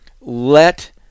let